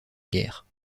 guerre